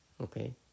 Okay